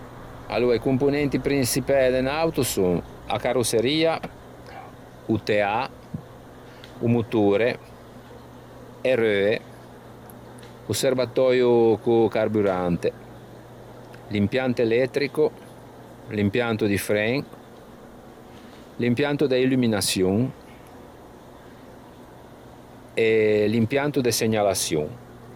Aloa i componenti prinçipæ de unn'auto son: a carosseria, o teâ, o motore, e reue, o serbatòio co-o carburante, l'impianto elettrico, l'impianto di fren, l'impianto de illuminaçion e l'impianto de segnalaçion.